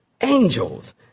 Angels